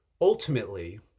Ultimately